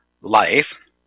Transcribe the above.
life